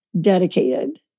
dedicated